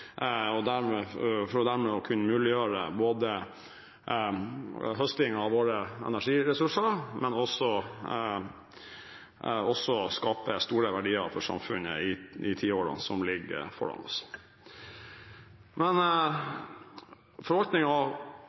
for dermed å kunne muliggjøre ikke bare høsting av våre energiressurser, men også det å skape store verdier for samfunnet i tiårene som ligger foran oss. Men